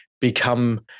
become